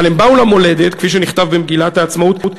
אבל הם באו למולדת, כפי שנכתב במגילת העצמאות.